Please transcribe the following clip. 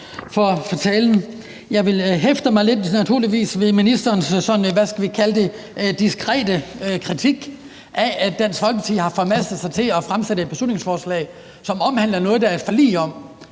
Jeg hæfter mig naturligvis ved ministerens, hvad skal vi kalde det, diskrete kritik af, at Dansk Folkeparti har formastet sig til at fremsætte et beslutningsforslag, som omhandler noget, der er forlig om.